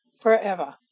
forever